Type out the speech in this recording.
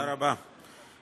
תודה רבה.